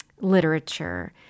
literature